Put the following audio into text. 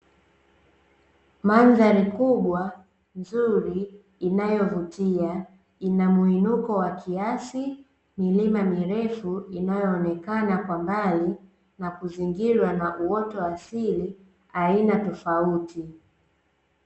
Mandhari kubwa, nzuri, inayovutia; ina mwinuko wa kiasi, milima mirefu inayoonekana kwa mbali na kuzingirwa na uoto asili aina tofauti.